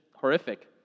horrific